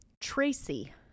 tracy